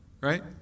right